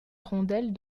rondelle